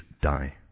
die